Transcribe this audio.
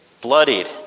bloodied